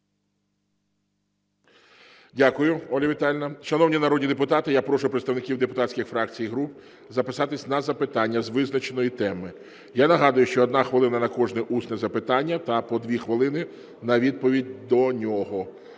Дякую, Ольга Віталіїна. Шановні народні депутати, я прошу представників депутатських фракцій і груп записатися на запитання з визначеної теми. Я нагадую, що 1 хвилина на кожне усне запитання та по 2 хвилини на відповідь до нього.